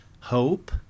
hope